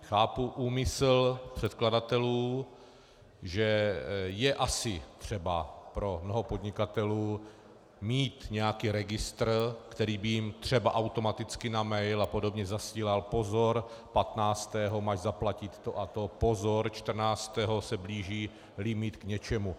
Chápu úmysl předkladatelů, že je asi třeba pro mnoho podnikatelů mít nějaký registr, který by jim třeba automaticky na email a podobně posílal pozor, patnáctého máš zaplatit to a to, pozor, čtrnáctého se blíží limit k něčemu.